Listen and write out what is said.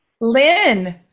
Lynn